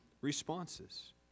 responses